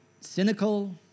cynical